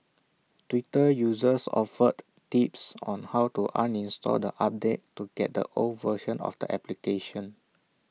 Twitter users offered tips on how to uninstall the update to get the old version of the application